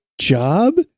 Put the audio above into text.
job